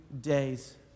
days